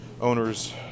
owners